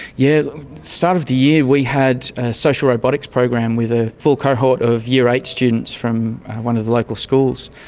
yeah sort of the year we had a social robotics program with a full cohort of year eight students from one of the local schools.